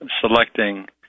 selecting